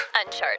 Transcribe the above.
Uncharted